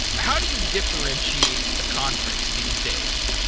how do you differentiate a conference these days?